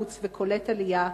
חלוץ וקולט עלייה,